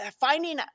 Finding